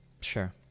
Sure